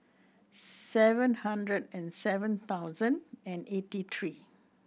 seven hundred and seven thousand and eighty three